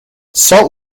salt